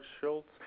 Schultz